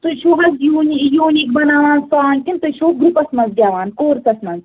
تُہۍ چھُو حظ یوٗنیٖک بَناوان سانٛگ کِنہٕ تُہۍ چھُو گرٛوپَس منٛز گیٚوان کورسَس منٛز